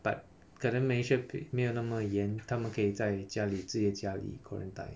but 可能 malaysia 没有那么严他们可以在家里自己的家里 quarantine